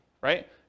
right